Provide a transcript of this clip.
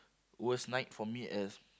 worst night for me as